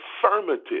affirmative